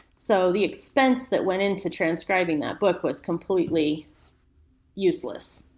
so, the expense that went in to transcribing that book was completely useless.